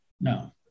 No